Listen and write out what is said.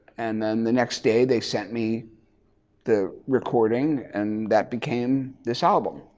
and then the next day they sent me the recording and that became this album.